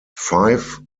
five